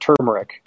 turmeric